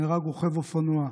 נהרג רוכב אופנוע,